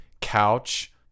couch